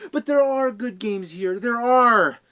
but there are good games here, there are!